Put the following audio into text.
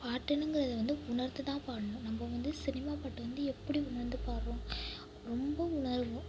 பாட்டுங்குறது வந்து உணர்ந்து தான் பாடணும் நம்ம வந்து சினிமா பாட்டை வந்து எப்படி உணர்ந்து பாடுகிறோம் ரொம்ப உணருவோம் ஒரு